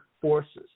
forces